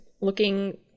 looking